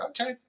okay